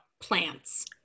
plants